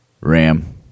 RAM